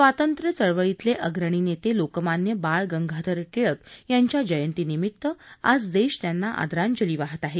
स्वांतत्र्यचळवळीतले अग्रणी नेते लोकमान्य बाळ गंगाधर टिळक यांच्या जयंतीनिमित्त आज देश त्यांना आदरांजली वाहत आहे